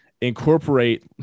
incorporate